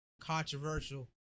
Controversial